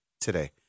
today